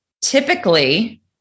Typically